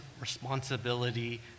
responsibility